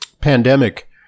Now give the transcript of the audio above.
pandemic